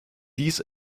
dies